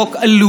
מסית,